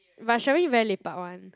but Sherwin very lepak [one]